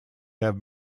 have